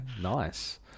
nice